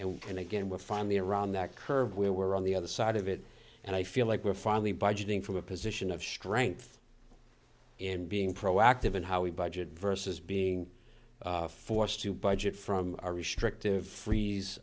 then again we find the around that curve we were on the other side of it and i feel like we're finally budgeting from a position of strength and being proactive in how we budget versus being forced to budget from a restrictive freeze